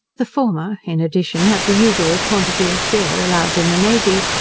the former, in addition, had the usual quantity of beer allowed in the navy,